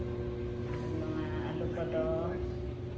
ᱟᱨ ᱱᱚᱣᱟ ᱟᱹᱞᱩ ᱠᱚᱫᱚ